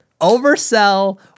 oversell